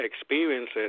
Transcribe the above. experiences